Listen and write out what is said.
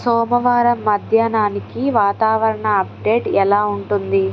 సోమవారం మధ్యానానికి వాతావరణ అప్డేట్ ఎలా ఉంటుంది